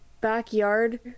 backyard